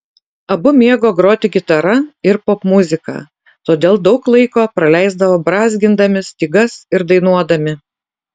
abu mėgo groti gitara ir popmuziką todėl daug laiko praleisdavo brązgindami stygas ir dainuodami